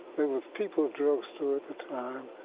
there was people's drugstore at the time,